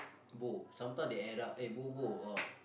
bo sometime they add up eh bobo ah